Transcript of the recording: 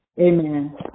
Amen